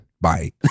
Bye